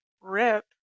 Rip